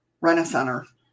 Renaissance